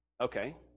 Okay